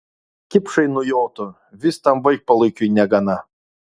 kipšai nujotų vis tam vaikpalaikiui negana